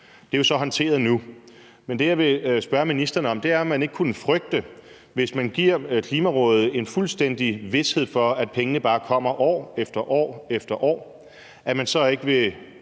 Det er jo så håndteret nu. Men det, jeg vil spørge ministeren om, er, om ikke han, hvis man giver Klimarådet en fuldstændig vished for, at pengene bare kommer år efter år efter år, frygter, at man